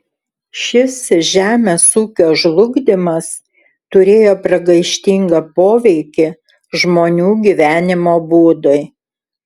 šis žemės ūkio žlugdymas turėjo pragaištingą poveikį žmonių gyvenimo būdui